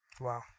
Wow